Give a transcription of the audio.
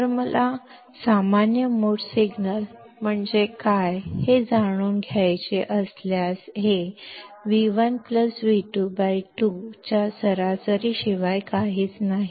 तर मला सामान्य मोड सिग्नल म्हणजे काय हे जाणून घ्यायचे असल्यास हे V1V22 च्या सरासरीशिवाय काहीच नाही